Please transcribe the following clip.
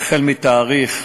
החל מתאריך,